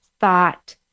thought